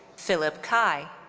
phillip cai.